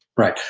right.